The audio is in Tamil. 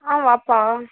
ஆ வாப்பா